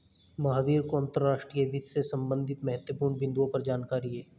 महावीर को अंतर्राष्ट्रीय वित्त से संबंधित महत्वपूर्ण बिन्दुओं पर जानकारी है